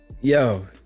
Yo